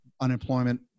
unemployment